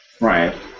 Right